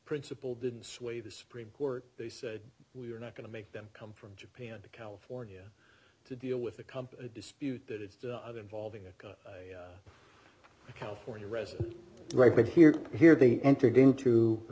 principle didn't sway the supreme court they said we're not going to make them come from japan to california to deal with a company dispute that it's the other involving a california resident right but here here they entered into a